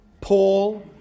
Paul